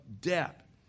debt